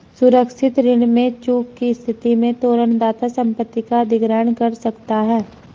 सुरक्षित ऋण में चूक की स्थिति में तोरण दाता संपत्ति का अधिग्रहण कर सकता है